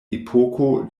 epoko